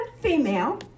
female